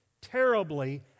terribly